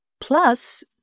Plus